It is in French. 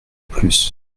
plus